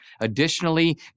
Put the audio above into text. Additionally